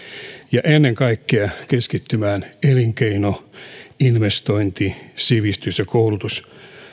ja ennen kaikkea keskittymään elinkeino investointi sivistys ja koulutus